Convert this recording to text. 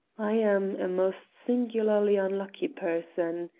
i'm a most singularly unlucky person,